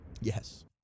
Yes